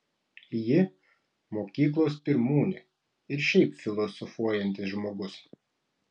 ji mokyklos pirmūnė ir šiaip filosofuojantis žmogus